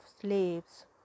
slaves